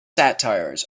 satires